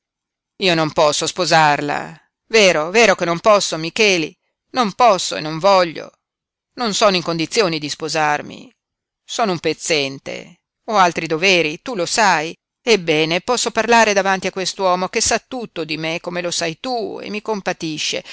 io non posso sposarla vero vero che non posso micheli non posso e non voglio non sono in condizioni di sposarmi sono un pezzente ho altri doveri tu lo sai ebbene posso parlare davanti a quest'uomo che sa tutto di me come lo sai tu e mi compatisce